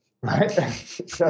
Right